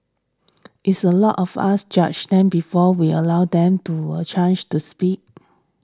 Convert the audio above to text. is a lot of us judge them before we allow them to a chance the speak